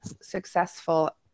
successful